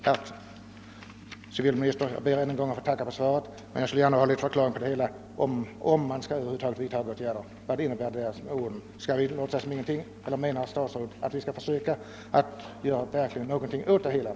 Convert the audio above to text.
Samtidigt som jag än en gång tackar för svaret vill jag efterlysa huruvida man verkligen planerar att vidtaga några åtgärder, eller om det är meningen att inte göra någonting. Skall vi försöka att vidta de nödvändiga åtgärderna, herr statsråd?